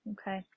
okay